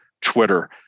Twitter